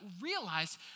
realize